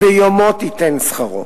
ביומו תִתן שכרו".